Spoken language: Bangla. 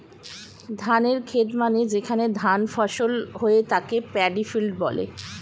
ধানের খেত মানে যেখানে ধান ফসল হয়ে তাকে প্যাডি ফিল্ড বলে